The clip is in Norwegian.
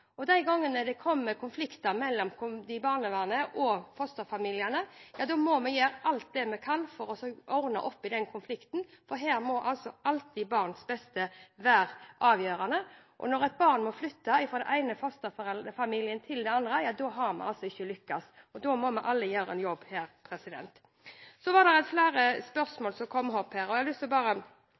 at de fokuserer på å gi rett og god oppfølging. De gangene det kommer til konflikt mellom barnevernet og fosterfamiliene, må vi gjøre alt vi kan for å ordne opp i konflikten. Her må alltid barns beste være avgjørende. Når et barn må flytte fra den ene fosterfamilien til den andre, har vi ikke lyktes. Da må vi alle gjøre en jobb. Det var flere spørsmål som kom opp. Jeg har lyst til å